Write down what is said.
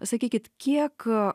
sakykit kiek